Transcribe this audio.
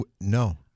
no